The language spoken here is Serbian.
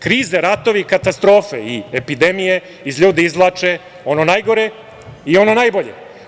Krize, ratovi, katastrofe i epidemije iz ljudi izvlače ono najgore i ono najbolje.